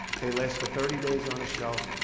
they last for thirty days on a shelf,